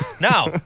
Now